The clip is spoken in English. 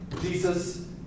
Jesus